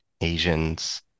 Asians